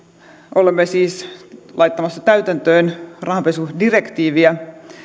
olemme siis laittamassa täytäntöön rahanpesudirektiiviä